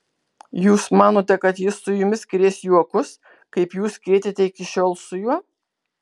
jūs manote kad jis su jumis krės juokus kaip jūs krėtėte iki šiol su juo